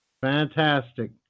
fantastic